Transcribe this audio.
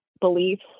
beliefs